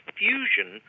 fusion